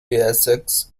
essex